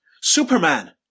Superman